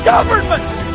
Governments